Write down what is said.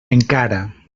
encara